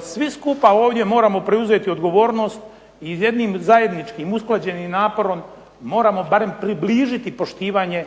svi skupa ovdje moramo preuzeti odgovornost i jednim zajedničkim usklađenim naporom moramo barem približiti poštivanje